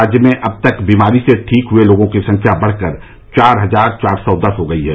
राज्य में अब तक बीमारी से ठीक हुए लोगों की संख्या बढ़कर चार हजार चार सौ दस हो गई है